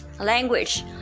language